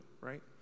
right